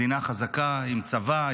מדינה חזקה עם צבא,